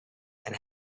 and